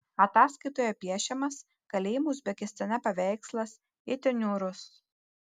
ataskaitoje piešiamas kalėjimų uzbekistane paveikslas itin niūrus